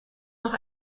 noch